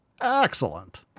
Excellent